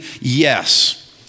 Yes